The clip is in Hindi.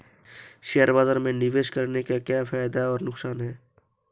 शेयर बाज़ार में निवेश करने के क्या फायदे और नुकसान हैं?